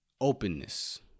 Openness